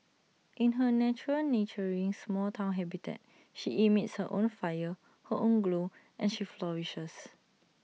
in her natural nurturing small Town habitat she emits her own fire her own glow and she flourishes